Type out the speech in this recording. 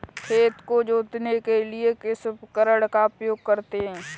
खेत को जोतने के लिए किस उपकरण का उपयोग करते हैं?